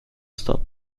stop